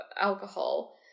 alcohol